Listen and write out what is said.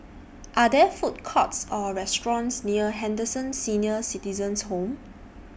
Are There Food Courts Or restaurants near Henderson Senior Citizens' Home